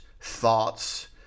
thoughts